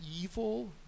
evil